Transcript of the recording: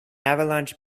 avalanche